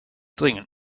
dringend